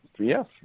Yes